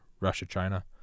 Russia-China